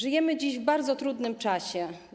Żyjemy dziś w bardzo trudnym czasie.